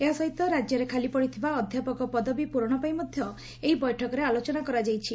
ଏହା ସହିତ ରାଜ୍ୟରେ ଖାଲି ପଡିଥିବା ଅଧ୍ଧାପକ ପଦବୀ ପ୍ରରଣ ପାଇଁ ମଧ୍ଧ ଏହି ବୈଠକରେ ଆଲୋଚନା କରାଯାଇଛି